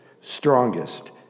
strongest